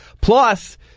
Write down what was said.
plus